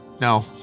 No